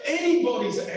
anybody's